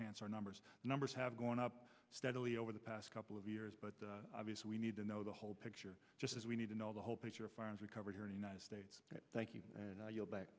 answer numbers numbers have gone up steadily over the past couple of years but obviously we need to know the whole picture just as we need to know the whole picture far as we cover here in the united states thank you and you're back